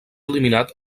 eliminat